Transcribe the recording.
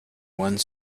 one